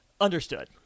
Understood